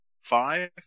five